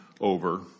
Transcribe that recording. over